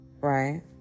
Right